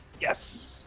Yes